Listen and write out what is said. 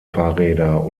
fahrräder